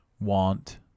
want